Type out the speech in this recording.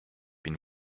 been